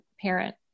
parent